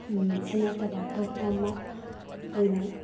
ꯁꯤ ꯅꯠꯇꯕ ꯑꯇꯣꯞꯄ ꯑꯃ ꯑꯣꯏꯅ